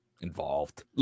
involved